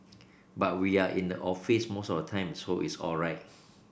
but we are in the office most of the time so it is all right